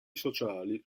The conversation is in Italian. sociali